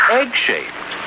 egg-shaped